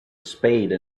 spade